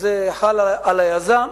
אז זה חל על היזם,